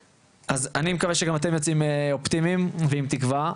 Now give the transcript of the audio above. אז אני מקווה שגם אתם יוצאים אופטימיים ועם תקווה,